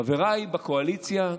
חבריי בקואליציה,